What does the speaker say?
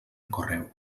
correu